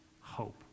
hope